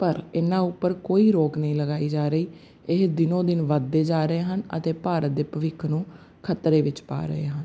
ਪਰ ਇਹਨਾਂ ਉੱਪਰ ਕੋਈ ਰੋਕ ਨਹੀਂ ਲਗਾਈ ਜਾ ਰਹੀ ਇਹ ਦਿਨੋਂ ਦਿਨ ਵੱਧਦੇ ਜਾ ਰਹੇ ਹਨ ਅਤੇ ਭਾਰਤ ਦੇ ਭਵਿੱਖ ਨੂੰ ਖਤਰੇ ਵਿੱਚ ਪਾ ਰਹੇ ਹਨ